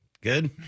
Good